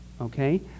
okay